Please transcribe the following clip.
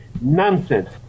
Nonsense